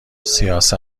سیاست